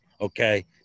okay